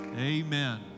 Amen